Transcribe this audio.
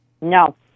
No